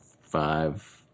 five